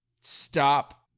Stop